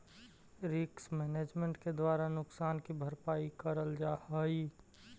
risk management के द्वारा नुकसान की भरपाई करल जा हई